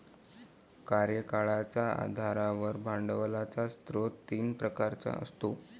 कार्यकाळाच्या आधारावर भांडवलाचा स्रोत तीन प्रकारचा असतो